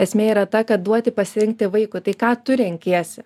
esmė yra ta kad duoti pasirinkti vaikui tai ką tu renkiesi